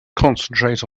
concentrate